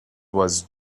was